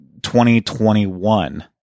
2021